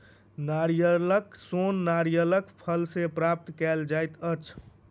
नारियलक सोन नारियलक फल सॅ प्राप्त कयल जाइत अछि